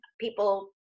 people